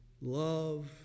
love